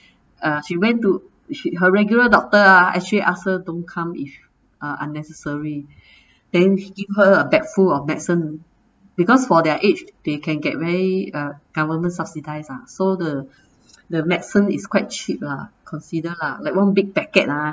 uh she went to her regular doctor ah actually ask her don't come if uh unnecessary then he give her a bag full of medicine because for their age they can very government subsidised ah so the medicine is quite cheap lah consider lah like one big packet lah